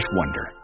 wonder